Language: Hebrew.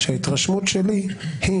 ההתרשמות שלי היא